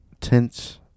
tense